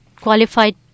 qualified